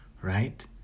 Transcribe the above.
Right